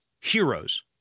heroes